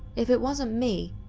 if it wasn't me,